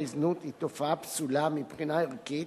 זנות היא תופעה פסולה מבחינה ערכית,